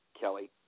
Kelly